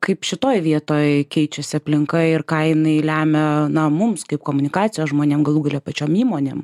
kaip šitoj vietoj keičiasi aplinka ir ką jinai lemia na mums kaip komunikacijos žmonėm galų gale pačiom įmonėm